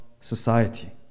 society